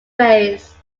rays